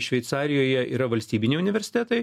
šveicarijoje yra valstybiniai universitetai